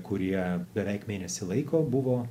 kurie beveik mėnesį laiko buvo